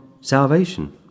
salvation